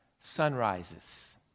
sunrises